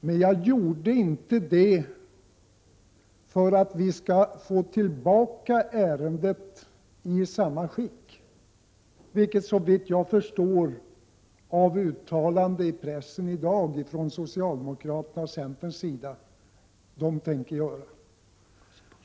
Men jag gjorde inte det för att vi skall få tillbaka ärendet i samma skick, vilket socialdemokraterna och centerpartiet, såvitt jag förstår av uttalanden i 51 pressen i dag, tänker sig.